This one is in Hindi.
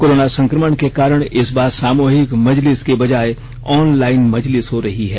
कोरोना संकमण के कारण इस बार सामूहिक मजलिस के बजाय ऑनलाइन मजलिस हो रही है